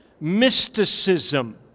Mysticism